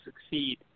succeed